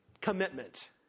commitment